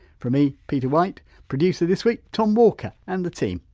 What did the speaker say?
from me, peter white, producer this week, tom walker, and the team,